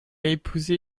épousé